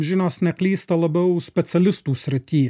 žinios neklysta labiau specialistų srity